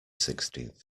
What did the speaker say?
sixteenth